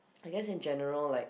I guess in general like